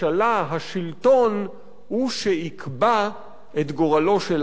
השלטון הוא שיקבע את גורלו של העיתון,